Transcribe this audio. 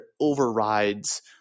overrides